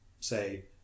say